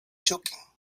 joking